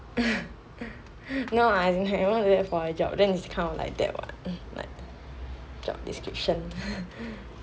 no lah as in like you want to do it for my job then it's kind of like that what like job description